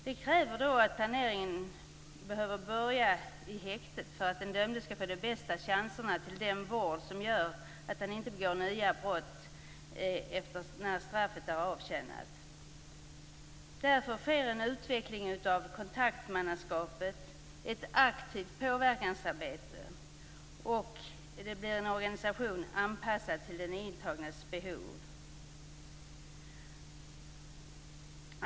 Det kräver att planeringen börjar i häktet för att den dömde skall få de bästa chanserna till den vård som gör att han inte begår nya brott när straffet är avtjänat. Därför sker en utveckling av kontaktmannaskapet. Det är ett aktivt påverkansarbete. Det blir en organisation anpassad till den intagnes behov.